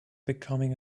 becoming